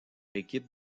équipes